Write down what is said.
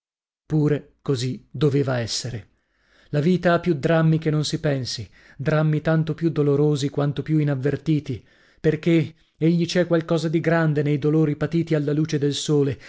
pure così doveva essere la vita ha più drammi che non si pensi drammi tanto più dolorosi quanto più inavvertiti perchè egli c'è qualche cosa di grande nei dolori patiti alla luce del sole